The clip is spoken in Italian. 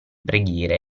preghiere